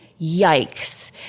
Yikes